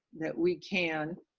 that we can